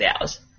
hours